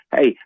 hey